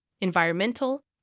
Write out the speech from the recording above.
environmental